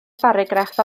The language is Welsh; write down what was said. pharagraff